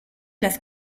las